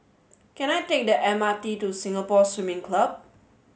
can I take the M R T to Singapore Swimming Club